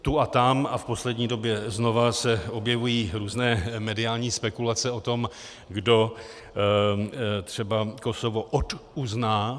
Tu a tam a v poslední době znova se objevují různé mediální spekulace o tom, kdo třeba Kosovo oduzná.